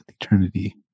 eternity